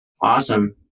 Awesome